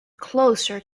closer